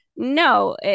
No